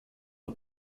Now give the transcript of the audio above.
der